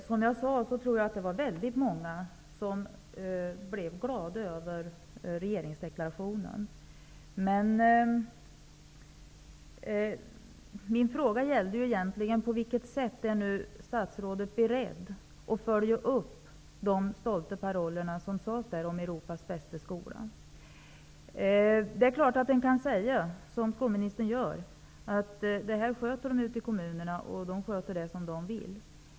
Herr talman! Jag tror att det var många som blev glada över regeringsdeklarationen. Men min fråga gällde egentligen på vilket sätt statsrådet är beredd att följa upp de stolta paroller som fanns där om Europas bästa skola. Det är klart att man kan säga, som skolministern också gör, att det här sköter de ute i kommunerna. De sköter det som de vill.